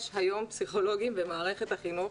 יש היום פסיכולוגים במערכת החינוך